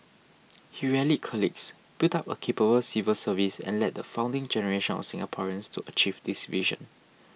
he rallied colleagues built up a capable civil service and led the founding generation of Singaporeans to achieve this vision